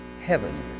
heaven